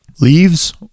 Leaves